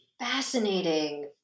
fascinating